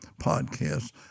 podcast